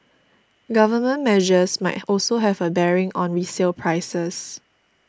government measures might also have a bearing on resale prices